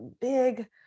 big